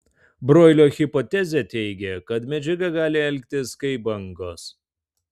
broilio hipotezė teigia kad medžiaga gali elgtis kaip bangos